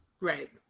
Right